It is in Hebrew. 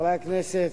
חברי הכנסת,